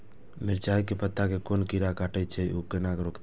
मिरचाय के पत्ता के कोन कीरा कटे छे ऊ केना रुकते?